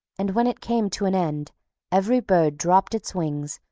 and when it came to an end every bird dropped its wings,